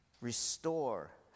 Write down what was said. Restore